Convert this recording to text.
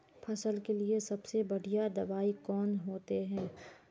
फसल के लिए सबसे बढ़िया दबाइ कौन होते?